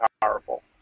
powerful